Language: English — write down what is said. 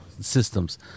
systems